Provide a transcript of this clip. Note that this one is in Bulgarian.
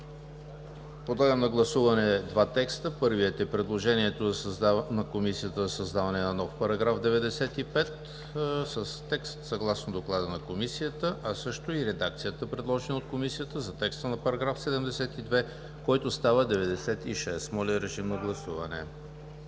Подлагам на гласуване два текста: първият е предложението на Комисията за създаване на нов § 95 с текст съгласно Доклада на Комисията, а също и редакцията, предложена от Комисията за текста на § 72, който става 96. Гласували